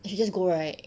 I should just go right